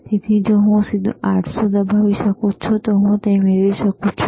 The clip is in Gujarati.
તેથી હું સીધું 800 દબાવી શકું છું અને હું તે મેળવી શકું છું